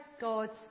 God's